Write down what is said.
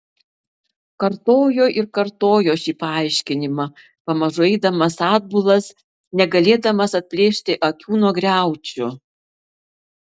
kartojo ir kartojo šį paaiškinimą pamažu eidamas atbulas negalėdamas atplėšti akių nuo griaučių